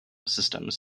systems